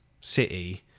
City